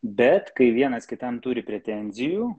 bet kai vienas kitam turi pretenzijų